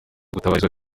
gutabarizwa